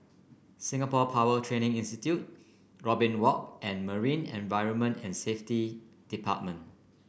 Singapore Power Training Institute Robin Walk and Marine Environment and Safety Department